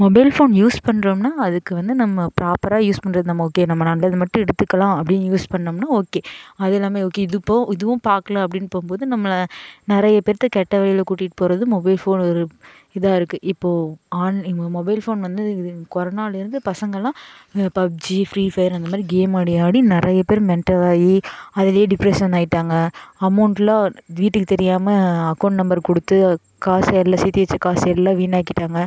mobile phone use பண்ணுறோம்னா அதுக்கு வந்து நம்ம ப்ராப்பராக யூஸ் பண்ணுறது நம்ம ஓகே நம்ம நல்லது மட்டும் எடுத்துக்கலாம் அப்படின்னு யூஸ் பண்ணிணோம்னா ஓகே அது இல்லாமல் ஓகே இது போ இதுவும் பார்க்கலாம் அப்படின்னு போகும்போது நம்மளை நிறைய பேர்த்தை கெட்ட வழியில் கூட்டிகிட்டு போகிறது மொபைல் ஃபோன் ஒரு இதாக இருக்குது இப்போது ஆன்லைன் மூலமாக மொபைல் ஃபோன் வந்து இது கொரனாலேருந்து பசங்ககெல்லாம் இந்த பப்ஜி ஃப்ரீ ஃபயர் அந்த மாதிரி கேம் ஆடி ஆடி நிறைய பேர் மென்ட்டல் ஆகி அதுலேயே டிப்ரெஷ்ஷன் ஆகிட்டாங்க அமௌண்ட்டெல்லாம் வீட்டுக்குத் தெரியாமல் அக்கௌண்ட் நம்பர் கொடுத்து காசு எல்லாம் சேர்த்தி வைச்ச காசு எல்லாம் வீணாக்கிவிட்டாங்க